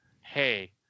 hey